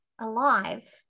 alive